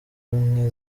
nke